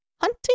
Hunting